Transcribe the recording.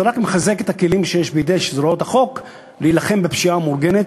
זה רק מחזק את הכלים שיש בידי זרועות החוק להילחם בפשיעה המאורגנת.